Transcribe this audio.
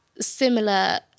similar